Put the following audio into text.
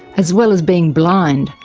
as well as being blind,